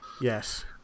Yes